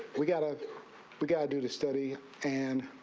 we got a but guide to the study and